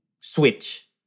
switch